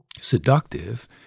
seductive